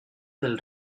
del